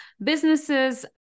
businesses